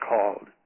called